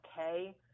okay